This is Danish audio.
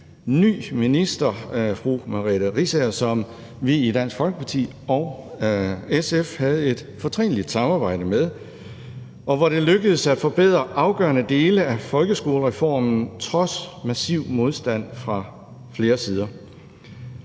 ny minister, fru Merete Riisager, som vi i Dansk Folkeparti og SF havde et fortrinligt samarbejde med, og hvor det lykkedes at forbedre afgørende dele af folkeskolereformen trods massiv modstand fra flere sider.